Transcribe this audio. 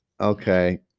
Okay